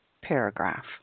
paragraph